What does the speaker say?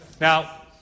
Now